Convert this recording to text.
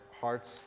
hearts